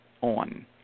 on